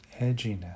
edginess